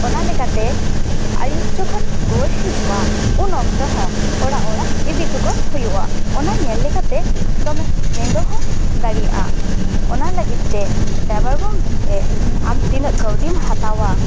ᱚᱱᱟ ᱞᱮᱠᱟᱛᱮ ᱟᱭᱩᱵ ᱡᱚᱠᱷᱚᱱ ᱨᱩᱣᱟᱹᱲ ᱦᱤᱡᱩᱜᱼᱟ ᱩᱱ ᱚᱠᱛᱚ ᱦᱚᱸ ᱚᱲᱟᱜ ᱚᱲᱟᱜ ᱤᱫᱤᱜ ᱴᱚᱠᱚ ᱦᱩᱭᱩᱜᱼᱟ ᱚᱱᱟ ᱧᱮᱞ ᱞᱮᱠᱟᱛᱮ ᱫᱚᱢᱮ ᱱᱤᱫᱟᱹ ᱦᱚᱸ ᱫᱟᱲᱮᱭᱟᱜᱼᱟ ᱚᱱᱟ ᱞᱟᱹᱜᱤᱫ ᱛᱮ ᱰᱟᱭᱵᱷᱟᱨ ᱜᱚᱢᱠᱮ ᱟᱢ ᱛᱤᱱᱟᱹᱜ ᱠᱟᱹᱣᱰᱤᱢ ᱦᱟᱛᱟᱣᱟ